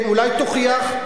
אולי תוכיח?